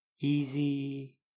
easy